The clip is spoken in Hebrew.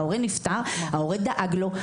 ההורה דאג לו,